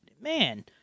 man